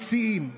מהמציעים,